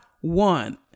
one